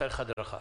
צריך הדרכה.